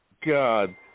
God